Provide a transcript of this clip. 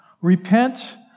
Repent